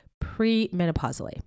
pre-menopausally